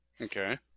Okay